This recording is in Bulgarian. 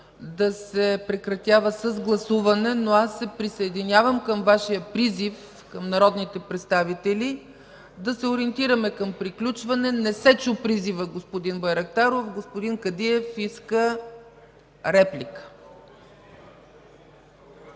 да се прекратява с гласуване, но аз се присъединявам към Вашия призив към народните представители да се ориентираме към приключване. Не се чу призивът, господин Байрактаров. Господин Кадиев иска реплика.